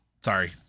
Sorry